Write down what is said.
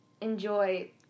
enjoy